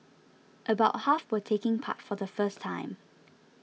about half were taking part for the first time